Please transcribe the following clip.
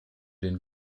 den